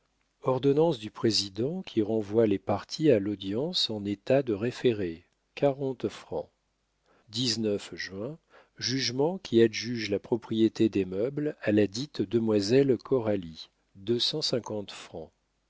ordonnance du président qui renvoie les parties à l'audience en état de référer juin jugement qui adjuge la propriété des meubles à ladite demoiselle coralie